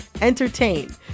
entertain